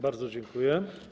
Bardzo dziękuję.